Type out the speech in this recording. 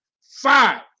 five